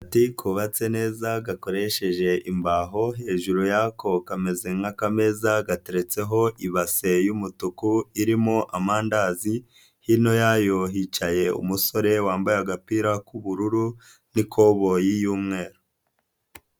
Akabati kubatse neza gakoresheje imbaho, hejuru yako kameze nk'ameza gateretseho ibase y'umutuku irimo amandazi hino yayo hicaye umusore wambaye agapira k'ubururu n'ikoboyi y'umweru.